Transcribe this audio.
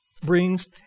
brings